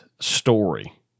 story